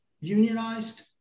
unionized